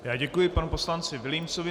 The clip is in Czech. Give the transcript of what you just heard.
Já děkuji panu poslanci Vilímcovi.